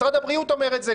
משרד הבריאות אומר את זה,